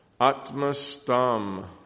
Atmastam